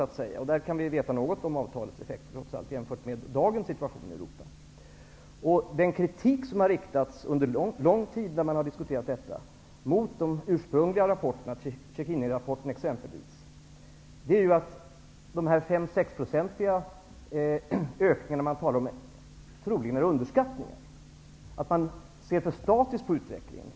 I det avseendet kan vi trots allt få veta något om avtalets effekter, jämfört med dagens situation i Europa. Kritik har länge i diskussionen riktats mot de ursprungliga rapporterna, exempelvis Cecchinirapporten. Det sägs att ökningarna om 5-- 6 % troligen är underskattningar, att man ser för statiskt på utvecklingen.